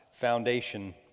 Foundation